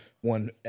one